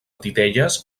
titelles